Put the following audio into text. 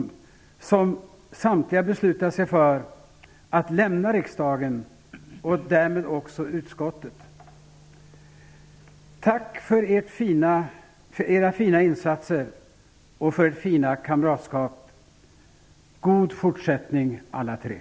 De har samtliga beslutat sig för att lämna riksdagen och därmed också utskottet. Tack för era fina insatser och för det fina kamratskapet! Jag önskar er alla tre en god fortsättning.